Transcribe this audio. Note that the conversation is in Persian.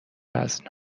وزن